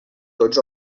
tots